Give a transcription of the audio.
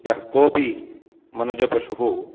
यः कोपि मनुजपशुः